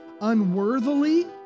unworthily